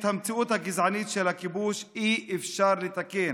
את המציאות הגזענית של הכיבוש אי-אפשר לתקן,